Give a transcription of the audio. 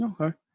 okay